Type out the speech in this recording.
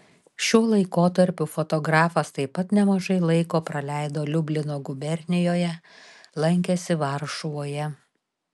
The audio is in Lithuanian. šiuo laikotarpiu fotografas taip pat nemažai laiko praleido liublino gubernijoje lankėsi varšuvoje